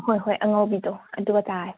ꯍꯣꯏ ꯍꯣꯏ ꯑꯉꯧꯕꯤꯗꯣ ꯑꯗꯨꯒ ꯆꯥꯔꯁꯦ